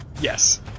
Yes